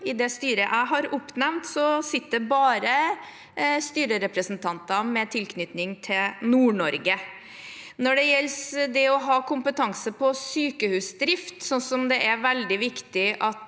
i det styret jeg har oppnevnt, sitter det bare styrerepresentanter med tilknytning til Nord-Norge. Når det gjelder å ha kompetanse på sykehusdrift, som det er veldig viktig at